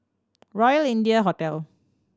Royal India Hotel